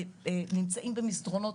הם נמצאים במסדרונות.